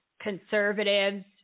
conservatives